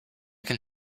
can